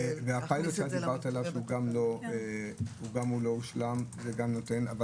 הפיילוט שאת דיברת עליו שהוא לא הושלם אבל יש